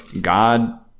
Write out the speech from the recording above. God